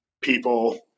people